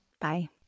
Bye